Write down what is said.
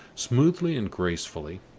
smoothly and gracefully,